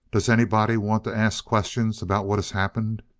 does anybody want to ask questions about what has happened?